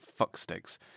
fucksticks